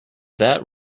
that